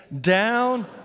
Down